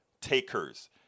takers